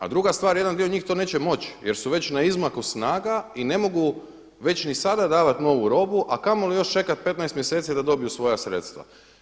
A druga stvar, jedan dio njih to neće moći jer su već na izmaku snaga i ne mogu već ni sada davati novu robu, a kamoli još čekat 15 mjeseci da dobiju svoja sredstva.